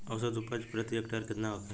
औसत उपज प्रति हेक्टेयर केतना होखे?